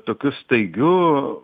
tokiu staigiu